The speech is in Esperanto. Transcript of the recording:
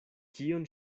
kion